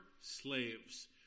slaves